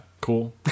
Cool